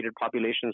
populations